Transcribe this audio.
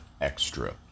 Extra